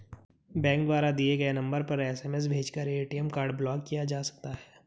bank द्वारा दिए गए नंबर पर एस.एम.एस भेजकर ए.टी.एम कार्ड ब्लॉक किया जा सकता है